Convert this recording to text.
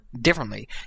differently